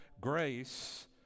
grace